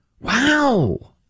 Wow